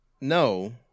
No